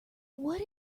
what